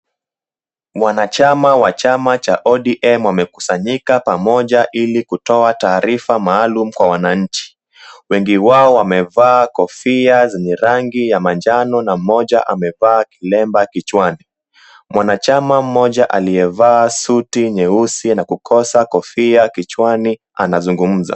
Mwanachama wa chama cha ODM wamekusanyika pamoja ili kutoa taarifa maalum kwa wananchi. Wengi wao wamevaa kofia zenye rangi ya manjano na mmoja amevaa kilemba kichwani. Mwanachama mmoja aliyevaa suti nyeusi anapokosa kofia kichwani anazungumza.